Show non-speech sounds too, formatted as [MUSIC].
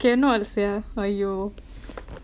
cannot sia !aiyo! [BREATH]